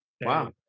Wow